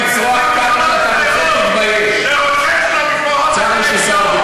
עם אותם ביטויים של "ניקולאי" ושל "ממשלת זדון",